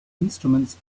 instruments